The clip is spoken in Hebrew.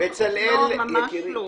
ממש לא.